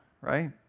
right